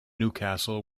newcastle